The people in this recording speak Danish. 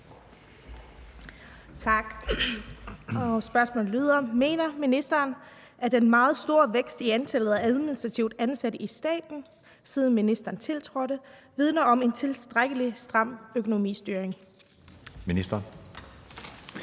Tak. Spørgsmålet lyder: Mener ministeren, at den meget store vækst i antallet af administrativt ansatte i staten, siden ministeren tiltrådte, vidner om en tilstrækkelig stram økonomistyring? Kl.